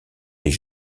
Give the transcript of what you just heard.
est